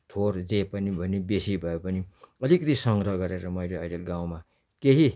थोर जे पनि भनी बेसी भए पनि अलिकति सङ्ग्रह गरेर मैले अहिले गाउँमा केही